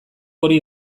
hori